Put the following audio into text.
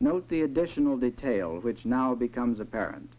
note the additional detail which now becomes apparent